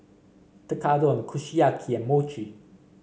Tekkadon Kushiyaki and Mochi